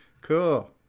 cool